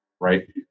right